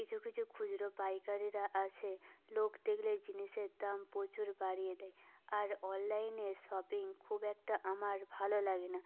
কিছু কিছু খুচরো পাইকারিরা আছে লোক দেখলেই জিনিসের দাম প্রচুর বাড়িয়ে দেয় আর অনলাইনে শপিং খুব একটা আমার ভালো লাগে না